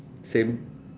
same